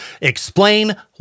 Explain